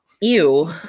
Ew